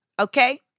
okay